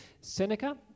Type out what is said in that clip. Seneca